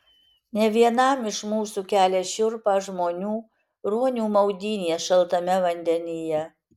ne vienam iš mūsų kelia šiurpą žmonių ruonių maudynės šaltame vandenyje